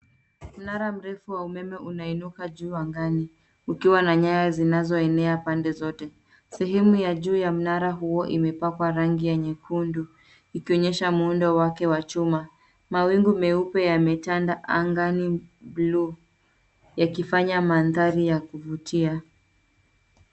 Mnara mrefu wa umeme unainuka juu angani ukiwa na nyaya zinazoenea pande zote. Sehemu ya juu ya mnara huo imepakwa rangi ya nyekundu ikionyesha muundo wake wa chuma. Mawingu meupe yametanda angani bluu, yakifanya mandhari ya kuvutia.